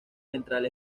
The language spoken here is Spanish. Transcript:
ventral